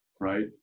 right